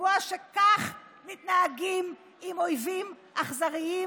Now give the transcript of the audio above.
לקבוע שכך מתנהגים עם אויבים אכזריים